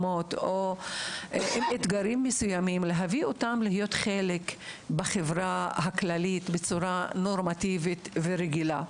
ואתגרים מסוימים להיות חלק בחברה הכללית בצורה נורמטיבית ורגילה.